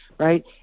Right